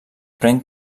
pren